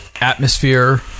Atmosphere